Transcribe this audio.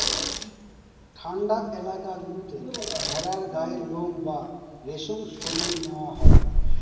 ঠান্ডা এলাকা গুলোতে ভেড়ার গায়ের লোম বা রেশম সরিয়ে নেওয়া হয়